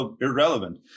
irrelevant